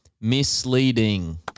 misleading